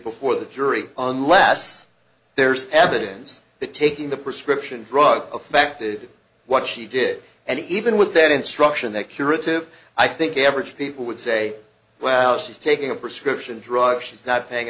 before the jury on last there's evidence that taking the prescription drug affected what she did and even with that instruction that curative i think average people would say wow she's taking a prescription drug she's not paying